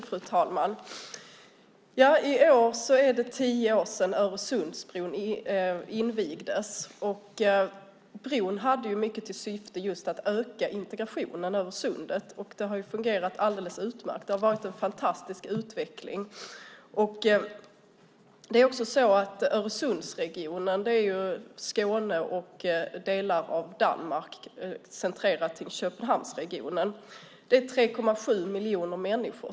Fru talman! I år är det tio år sedan Öresundsbron invigdes. Bron hade till stor del till syfte att öka integrationen över Sundet. Det har fungerat alldeles utmärkt. Det har skett en fantastisk utveckling. Öresundsregionen - Skåne och delar av Danmark, centrerat till Köpenhamnsregionen - bebos av 3,7 miljoner människor.